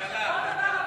כל דבר לפנים.